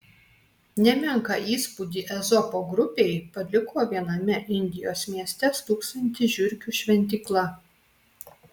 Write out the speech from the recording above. nemenką įspūdį ezopo grupei paliko viename indijos mieste stūksanti žiurkių šventykla